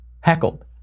Heckled